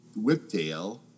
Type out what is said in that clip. whiptail